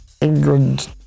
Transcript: England